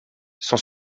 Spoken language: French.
sont